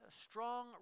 strong